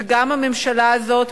וגם הממשלה הזאת,